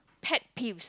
pet peeves